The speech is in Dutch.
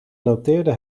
noteerde